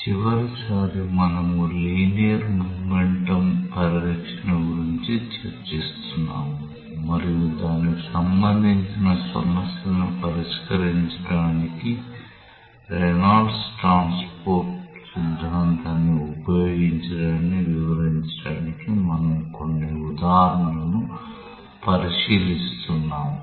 చివరిసారి మనము linear momentum పరిరక్షణ గురించి చర్చిస్తున్నాము మరియు దానికి సంబంధించిన సమస్యలను పరిష్కరించడానికి రేనాల్డ్స్ ట్రాన్స్పోర్ట్ సిద్ధాంతాన్ని ఉపయోగించడాన్ని వివరించడానికి మనము కొన్ని ఉదాహరణలను పరిశీలిస్తున్నాము